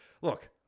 look